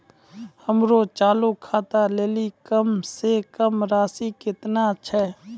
हमरो चालू खाता लेली कम से कम राशि केतना छै?